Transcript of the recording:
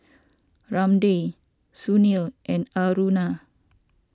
Ramdev Sunil and Aruna